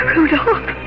Rudolph